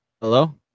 Hello